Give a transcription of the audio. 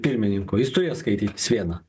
pirmininku jis turės skaitytis viena